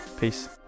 peace